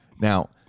now